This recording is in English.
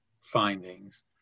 findings